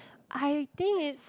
I think it's